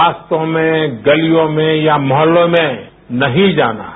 रास्तों में गलियों में या मोहल्लों में नहीं जाना हैं